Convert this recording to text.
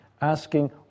asking